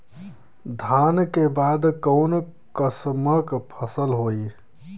धान के बाद कऊन कसमक फसल होई?